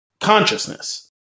consciousness